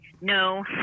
no